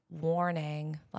warning